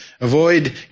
avoid